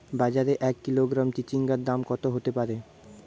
বাজারে এক কিলোগ্রাম চিচিঙ্গার দাম কত হতে পারে?